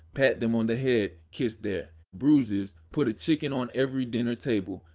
pat them on the head, kiss their bruises, put a chicken on every dinner table,